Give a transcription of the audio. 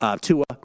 Tua